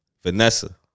Vanessa